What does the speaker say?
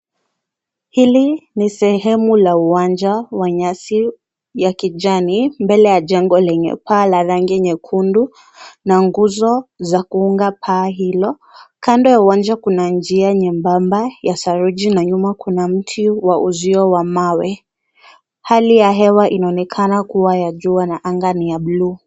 Hili ni sehemu la uwanja wa nyasi ya kijani. Mbele ya jengo lenye paa la rangi nyekundu, na nguzo za kuunga paa hilo. Kando ya uwanja kuna njia nyembamba ya saruji na nyuma kuna mtu wa uzio wa mawe. Hali ya hewa inaonekana kuwa ya jua na anga ni ya bluu.